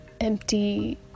empty